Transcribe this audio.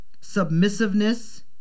submissiveness